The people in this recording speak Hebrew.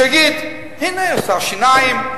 שיגיד: הנה עשה טיפולי שיניים,